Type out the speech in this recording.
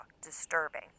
disturbing